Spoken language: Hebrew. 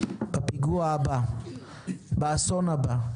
בפיגוע הבא, באסון הבא.